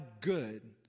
good